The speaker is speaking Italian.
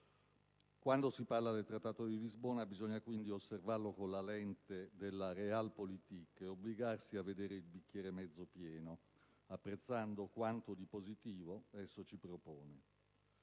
Quando si parla del Trattato di Lisbona bisogna quindi osservarlo con la lente della *realpolitik* ed obbligarsi a vedere il bicchiere mezzo pieno, apprezzando quanto di positivo esso ci propone.